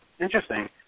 Interesting